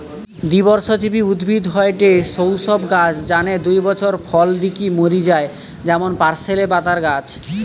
দ্বিবর্ষজীবী উদ্ভিদ হয়ঠে সৌ সব গাছ যানে দুই বছর ফল দিকি মরি যায় যেমন পার্সলে পাতার গাছ